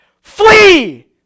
Flee